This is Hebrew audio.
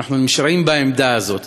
ואנחנו נשארים בעמדה הזאת.